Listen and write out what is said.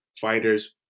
fighters